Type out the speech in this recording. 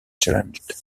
challenged